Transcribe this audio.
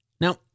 Now